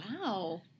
wow